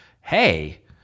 hey